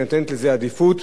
שנותנת לזה עדיפות